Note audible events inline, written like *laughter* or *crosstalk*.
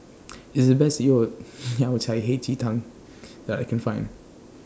*noise* This IS The Best your *noise* Yao Cai Hei Ji Tang that I Can Find